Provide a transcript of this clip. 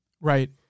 Right